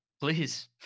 please